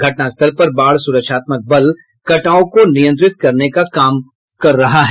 घटना स्थल पर बाढ़ सुरक्षात्मक बल कटाव को नियंत्रित करने का काम कर रहा है